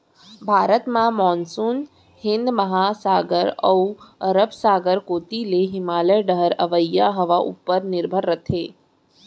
भारत म मानसून हिंद महासागर अउ अरब सागर कोती ले हिमालय डहर अवइया हवा उपर निरभर रथे